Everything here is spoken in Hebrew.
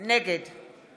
נגד